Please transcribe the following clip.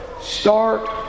Start